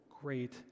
great